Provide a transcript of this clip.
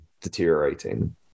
deteriorating